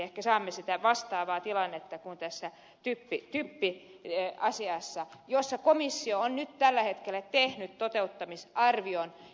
ehkä pääsemme siinä vastaavaan tilanteeseen kuin mikä on tässä typpiasiassa jossa komissio on nyt tällä hetkellä tehnyt toteuttamisarvion